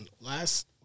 last